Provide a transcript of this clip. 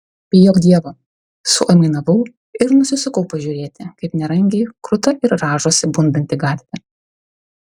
bijok dievo suaimanavau ir nusisukau pažiūrėti kaip nerangiai kruta ir rąžosi bundanti gatvė